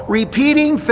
repeating